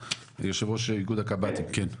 כן,